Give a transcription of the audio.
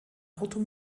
auto